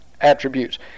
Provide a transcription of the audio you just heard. attributes